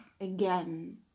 again